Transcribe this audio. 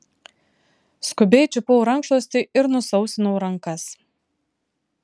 skubiai čiupau rankšluostį ir nusausinau rankas